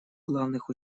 главных